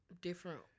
different